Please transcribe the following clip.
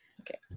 okay